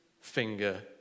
finger